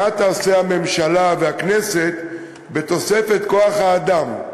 מה תעשה הממשלה והכנסת בתוספת כוח-האדם?